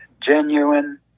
genuine